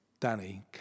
Danny